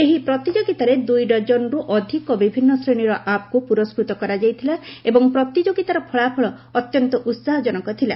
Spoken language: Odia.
ଏହି ପ୍ରତିଯୋଗିତାରେ ଦୁଇ ଡର୍ଜନରୁ ଅଧିକ ବିଭିନ୍ନ ଶ୍ରେଣୀର ଆପ୍କୁ ପୁରସ୍ଚ୍ଚତ କରାଯାଇଥିଲା ଏବଂ ପ୍ରତିଯୋଗିତାର ଫଳାଫଳ ଅତ୍ୟନ୍ତ ଉସାହଜନକ ଥିଲା